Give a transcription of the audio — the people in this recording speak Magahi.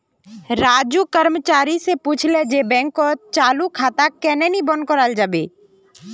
राजू कर्मचारी स पूछले जे बैंकत चालू खाताक केन न बंद कराल जाबे